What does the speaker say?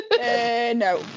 No